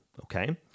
Okay